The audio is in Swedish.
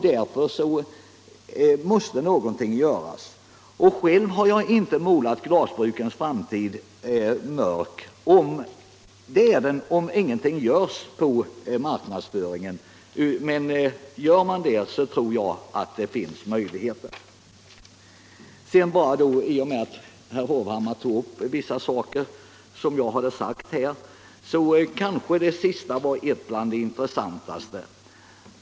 Därför måste någonting göras. Själv har jag inte målat glasbrukens framtid mörk. Det kan den bli om ingenting görs för marknadsföringen, men om en sådan satsning görs tror jag att det finns möjligheter. Herr Hovhammar tog upp vissa punkter i mitt anförande. Det sista som han sade var kanske det intressantaste.